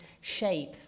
shape